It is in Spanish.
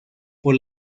por